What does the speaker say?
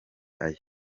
aya